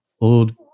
old